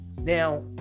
Now